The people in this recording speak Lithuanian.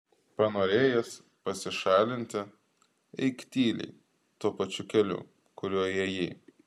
panorėjęs pasišalinti eik tyliai tuo pačiu keliu kuriuo įėjai